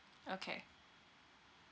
okay